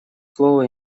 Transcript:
слово